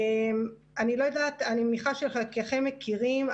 אני מניחה שחלקכם מכירים,